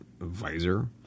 visor